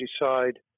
decide